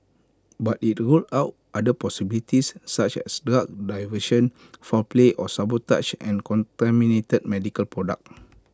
but IT ruled out other possibilities such as drug diversion foul play or sabotage and contaminated medical products